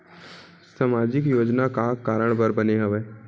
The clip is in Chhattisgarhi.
सामाजिक योजना का कारण बर बने हवे?